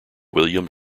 william